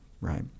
right